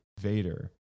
Vader